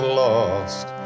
lost